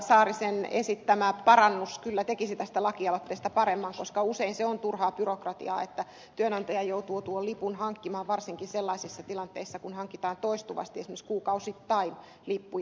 saarisen esittämä parannus kyllä tekisi tästä lakialoitteesta paremman koska usein se on turhaa byrokratiaa että työnantaja joutuu tuon lipun hankkimaan varsinkin sellaisissa tilanteissa kun hankitaan toistuvasti esimerkiksi kuukausittain lippuja